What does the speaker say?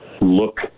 look